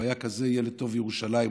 הוא היה כזה ילד טוב ירושלים,